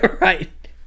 Right